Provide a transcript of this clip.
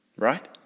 Right